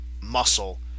muscle